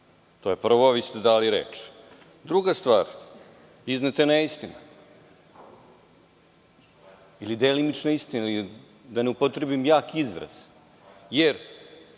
To je prvo, a vi ste dali reč. Druga stvar, izneta je neistina ili delimična istina i da ne upotrebim jak izraz, jer